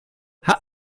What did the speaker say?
hat